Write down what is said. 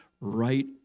right